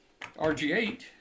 RG8